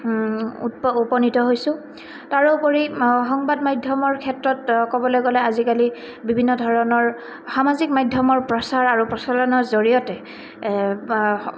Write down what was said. উৎপ উপনীত হৈছোঁ তাৰোপৰি সংবাদ মাধ্যমৰ ক্ষেত্ৰত ক'বলৈ গ'লে আজিকালি বিভিন্ন ধৰণৰ সামাজিক মাধ্যমৰ প্ৰচাৰ আৰু প্ৰচলনৰ জৰিয়তে